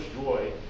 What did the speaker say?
joy